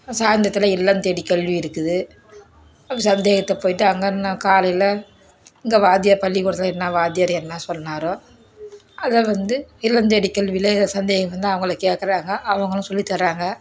சாயந்தரத்தில் இல்லம் தேடி கல்வி இருக்குது அப்படி சந்தேகத்தை போயிட்டு அங்கே என்ன காலையில் இங்கே வாத்தியார் பள்ளிக்கூடத்தில் என்ன வாத்தியார் என்ன சொன்னாரோ அதை வந்து இல்லம் தேடி கல்வியில் எதோ சந்தேகம் வந்தால் அவங்களை கேட்குறாங்க அவங்களும் சொல்லித்தராங்க